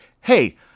hey